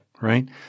right